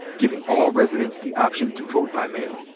giving all residents the option to vote by mail.